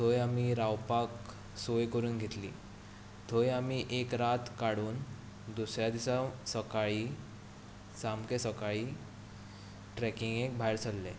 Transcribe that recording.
थंय आमी रावपाक सोय करून घेतली थंय आमी एक रात काडून दुसऱ्या दिसा सकाळीं सामक्या सकाळीं ट्रेकिंगेक भायर सरले